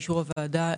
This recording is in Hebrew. באישור הוועדה,